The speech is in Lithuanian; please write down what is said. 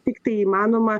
tiktai įmanoma